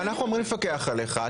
אנחנו הגוף שאמור לפקח עליך.